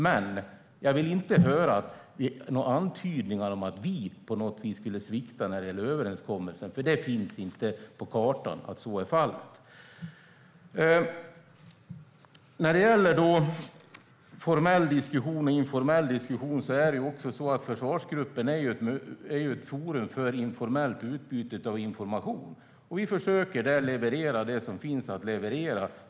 Men jag vill inte höra några antydningar om att vi på något vis skulle vikta när det gäller överenskommelsen, för det finns inte på kartan. När det gäller formell och informell diskussion: Försvarsgruppen är ett forum för informellt utbyte av information. Vi försöker där leverera det som finns att leverera.